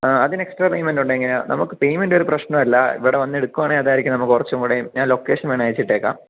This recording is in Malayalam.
അതിന് എക്സ്ട്രാ പേയ്മൻറ് ഉണ്ടോ എങ്ങനെയാ നമുക്ക് പെയ്മൻറ് ഒരു പ്രശ്നം അല്ല ഇവിടെ വന്ന് എടുക്കുവാണെങ്കിൽ അതായിരിക്കും നമുക്ക് കുറച്ച് കൂടെയും ഞാൻ ലൊക്കേഷൻ വേണമെങ്കിൽ അയച്ചിട്ടേക്കാം